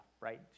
right